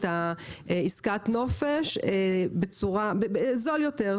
את עסקת הנופש במחיר זול יותר,